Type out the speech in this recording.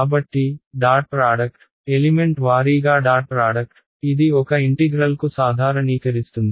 కాబట్టి dot product element వారీగా dot product ఇది ఒక ఇంటిగ్రల్ కు సాధారణీకరిస్తుంది